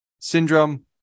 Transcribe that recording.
Syndrome